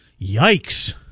yikes